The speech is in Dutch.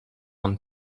een